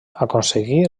aconseguí